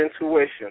intuition